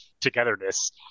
togetherness